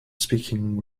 speaking